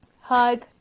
hug